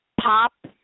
pop